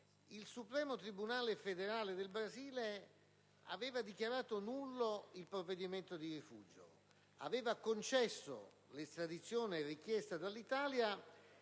il Supremo tribunale federale (STF) ha dichiarato nullo il provvedimento di rifugio, concesso l'estradizione richiesta dall'Italia